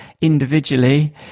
individually